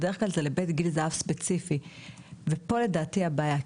בדרך כלל זה לבית גיל הזהב ספציפי ופה לדעתי הבעיה,